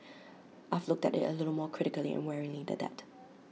I've looked at IT A little more critically and warily than that